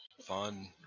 fun